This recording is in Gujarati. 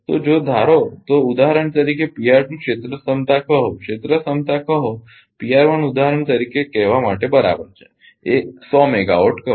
તો જો ધારો તો ઉદાહરણ તરીકે ક્ષેત્ર ક્ષમતા કહો ક્ષેત્ર ક્ષમતા કહો ઉદાહરણ તરીકે કહેવા માટે બરાબર છે 100 મેગાવોટ કહો